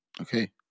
Okay